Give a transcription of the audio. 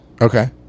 Okay